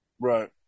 Right